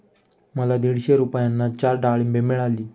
मला दीडशे रुपयांना चार डाळींबे मिळाली